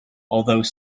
although